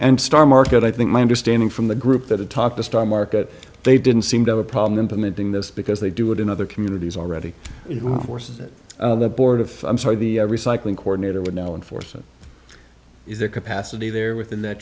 and start market i think my understanding from the group that atop the stock market they didn't seem to have a problem implementing this because they do it in other communities already forces that the board of i'm sorry the recycling coordinator would know enforcement is their capacity they're within th